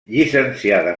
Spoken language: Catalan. llicenciada